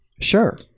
Sure